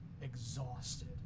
exhausted